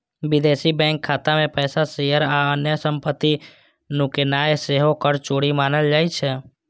विदेशी बैंक खाता मे पैसा, शेयर आ अन्य संपत्ति नुकेनाय सेहो कर चोरी मानल जाइ छै